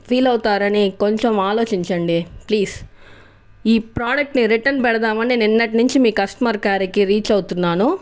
feel అవుతారు అని కొంచం ఆలోచించండి ప్లీజ్ ఈ ప్రోడక్ట్ని రిటర్న్ పెడుదాం అని నిన్నటి నుంచి మీ కస్టమర్ కేర్కి రీచ్ అవుతున్నాను